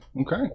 okay